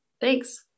Thanks